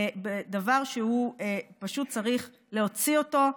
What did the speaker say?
דבר שפשוט צריך להוציא אותו,